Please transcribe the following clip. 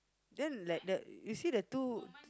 then like the you see the two